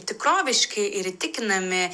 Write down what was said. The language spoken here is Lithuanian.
tikroviški ir įtikinami